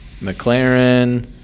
McLaren